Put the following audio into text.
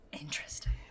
interesting